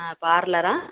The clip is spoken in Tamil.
ஆ பார்லரா